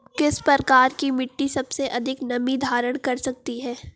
किस प्रकार की मिट्टी सबसे अधिक नमी धारण कर सकती है?